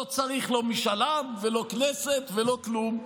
לא צריך לא משאל עם ולא כנסת ולא כלום.